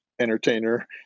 entertainer